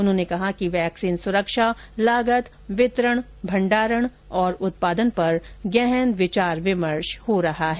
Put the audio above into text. उन्होंने कहा कि वैक्सीन सुरक्षा लागत वितरण भंडारण और उत्पादन पर गहन विचार विमर्श हो रहा है